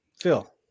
Phil